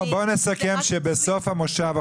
בואו נסכם שבסוף מושב החורף,